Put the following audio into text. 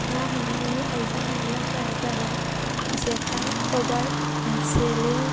ना हमनायनि आयजें आयलाफोरा जाबाय जेखाय खबाय एनसिलिं